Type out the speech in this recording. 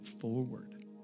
forward